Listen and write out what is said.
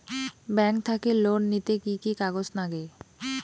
Bank থাকি loan নিতে কি কি কাগজ নাগে?